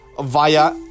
via